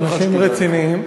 אנשים רציניים.